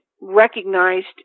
recognized